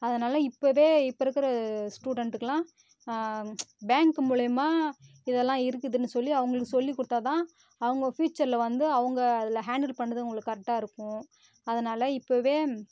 அதனால் இப்போவே இப்போ இருக்கிற ஸ்டூடெண்ட்டுக்கெல்லாம் பேங்க் மூலிமா இதல்லாம் இருக்குதுன்னு சொல்லி அவுங்களுக்கு சொல்லிக் கொடுத்தாதான் அவங்க ஃப்யூச்சரில் வந்து அவங்க அதில் ஹாண்டில் பண்ணுறதுக்கு கரெட்டாயிருக்கும் அதனால் இப்போவே